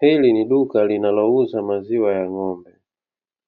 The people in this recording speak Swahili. Hili ni duka linalouza maziwa ya ng'ombe.